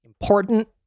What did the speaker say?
important